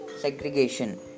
segregation